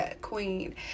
queen